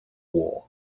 war